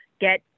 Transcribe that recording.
get